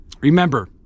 Remember